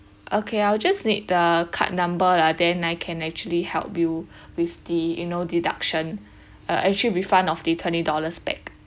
okay I'll just need the card number lah then I can actually help you with the you know deduction uh actually refund of the twenty dollars back